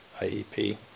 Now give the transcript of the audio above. IEP